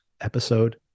episode